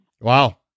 Wow